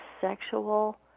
sexual